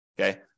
okay